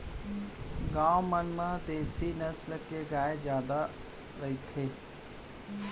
गॉँव मन म देसी नसल के गाय जादा रथे